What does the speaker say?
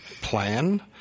plan